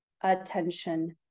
attention